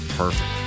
perfect